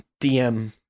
DM